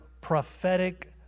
prophetic